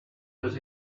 was